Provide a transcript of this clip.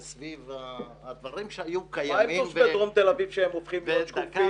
מה עם תושבי דרום תל אביב שהופכים להיות שקופים?